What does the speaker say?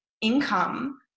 income